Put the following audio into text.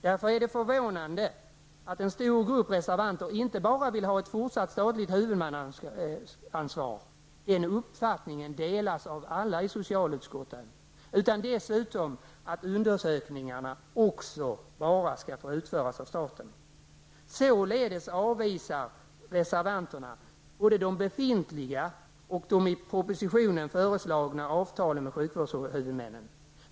Därför är det förvånande att en stor grupp reservanter inte bara vill ha ett fortsatt statligt huvudmannaansvar, den uppfattningen delas av alla i socialutskottet, utan dessutom att undersökningarna bara skall få utföras av staten. Således avvisar reservanterna både de befintliga och de i propositionen föreslagna avtalen med sjukvårdshuvudmännen.